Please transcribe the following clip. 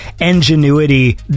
ingenuity